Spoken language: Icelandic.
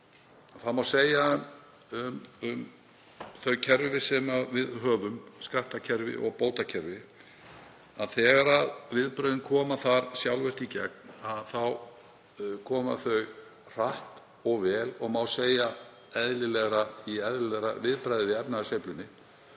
Það má segja um þau kerfi sem við höfum, skattkerfi og bótakerfi, að þegar viðbrögðin koma þar sjálfvirkt í gegn koma þau hratt og vel og má segja í eðlilegra viðbragði við efnahagssveiflunni.